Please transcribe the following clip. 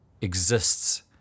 exists